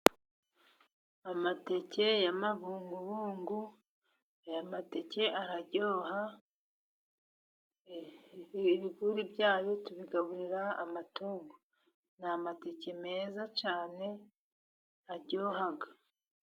Amateke y'amabungobungu aya mateke araryoha, ibiguri byayo tubigaburira amatungo. N'amateke meza cyane aryoha.